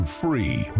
free